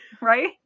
Right